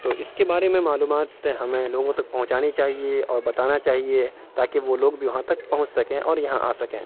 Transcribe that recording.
تو اس کے بارے میں معلومات ہمیں لوگوں تک پہنچانی چاہیے اور بتانا چاہیے تاکہ وہ لوگ بھی وہاں تک پہنچ سکیں اور یہاں آ سکیں